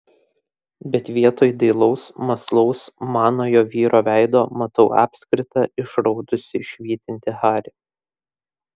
bet vietoj dailaus mąslaus manojo vyro veido matau apskritą išraudusį švytintį harį